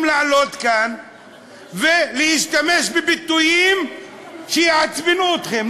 לעלות לכאן ולהשתמש בביטויים שיעצבנו אתכם?